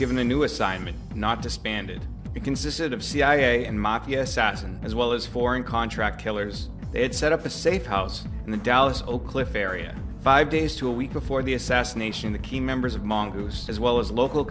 given a new assignment not just banded it consisted of cia and mafia sasson as well as foreign contract killers it set up a safe house in the dallas oak cliff area five days to a week before the assassination the key members of mongoose as well as local